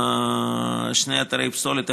שני אתרי פסולת,